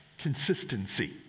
consistency